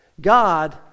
God